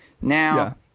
Now